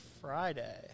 Friday